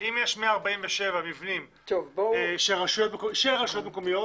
אם יש 147 מבנים של רשויות מקומיות